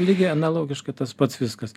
lygiai analogiškai tas pats viskas